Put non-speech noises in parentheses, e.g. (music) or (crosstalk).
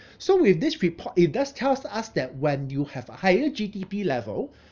(breath) so with this report it does tells us that when you have a higher G_D_P level (breath)